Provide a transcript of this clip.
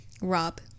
Rob